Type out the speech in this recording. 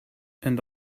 and